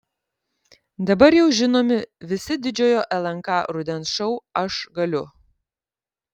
dabar jau žinomi visi didžiojo lnk rudens šou aš galiu